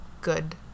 good